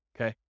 okay